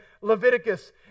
Leviticus